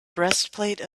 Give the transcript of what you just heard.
breastplate